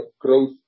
growth